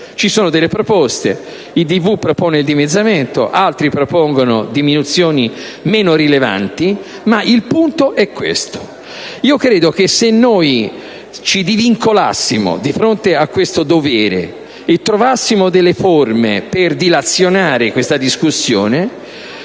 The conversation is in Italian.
dei Valori, ad esempio, propone il dimezzamento, altri propongono diminuzioni meno rilevanti; ma il punto è questo. Se noi ci divincoliamo di fronte a questo dovere e troviamo delle forme per dilazionare questa discussione